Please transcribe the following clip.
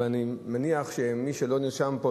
אבל אני מניח שמי שלא נרשם פה,